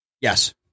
Yes